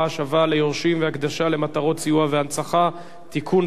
(השבה ליורשים והקדשה למטרות סיוע והנצחה) (תיקון,